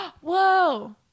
whoa